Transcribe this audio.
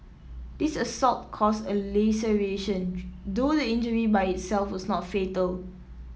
this assault caused a laceration though the injury by itself was not fatal